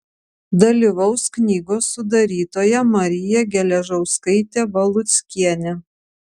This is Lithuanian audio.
dalyvaus knygos sudarytoja marija geležauskaitė valuckienė